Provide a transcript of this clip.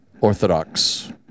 Orthodox